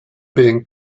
being